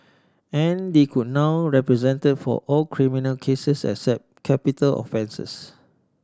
and they could now represent for all criminal cases except capital offences